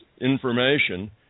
information